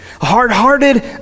hard-hearted